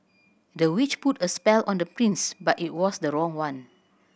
the witch put a spell on the prince but it was the wrong one